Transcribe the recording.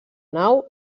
nau